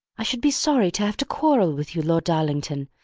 i should be sorry to have to quarrel with you, lord darlington.